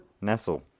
Nestle